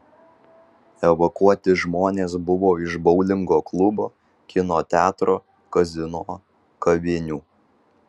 evakuoti žmonės buvo iš boulingo klubo kino teatro kazino kavinių